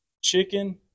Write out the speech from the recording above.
chicken